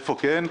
איפה כן?